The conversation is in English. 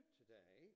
today